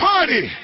Party